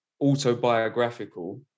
autobiographical